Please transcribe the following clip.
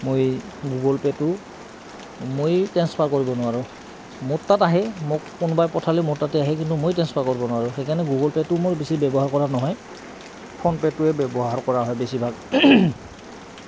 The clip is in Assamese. মই গুগল পে'টো মই ট্ৰেঞ্চফাৰ কৰিব নোৱাৰোঁ মোৰ তাত আহে মোক কোনোবাই পঠালে মোৰ তাতে আহে কিন্তু মই টেঞ্চফাৰ কৰিব নোৱাৰোঁ সেইকাৰণে গুগল পে'টো মই বেছি ব্যৱহাৰ কৰা নহয় ফোন পে'টোৱে ব্যৱহাৰ কৰা হয় বেছিভাগ